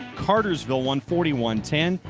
cartersville won forty one ten.